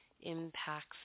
impacts